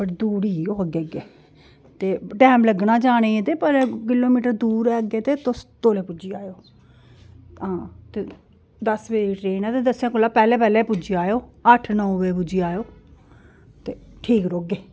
बड़ी दूर ई ओह् अग्गे गै ते टैम लग्गना जाने गी ते बड़े किलोमीटर दूर ऐ अग्गें ते तुस तौले पुज्जी जायो आं ते दस बजे दी ट्रेन ऐ ते दसें कोला पैह्लें पैह्लें पुज्जी जायो अट्ठ नौ बेऽ पुज्जी जायो ते ठीक रौह्गे